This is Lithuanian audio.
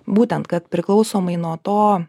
būtent kad priklausomai nuo to